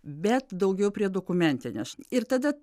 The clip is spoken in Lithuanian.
bet daugiau prie dokumentinės ir tada